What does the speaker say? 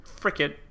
frickin